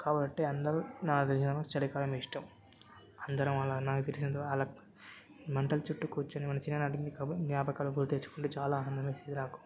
కాబట్టి అందరూ నాకు తెలిసినంతవరకు చలికాలం ఇష్టం అందరం అలా నాకు తెలిసినంతవరకు వాళ్ళ మంటలు చుట్టూ కూర్చుని మన చిన్ననాటి కబుర్లు జ్ఞాపకాలు గుర్తు తెచ్చుకుంటే చాలా ఆనందమేసేది నాకు